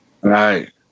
Right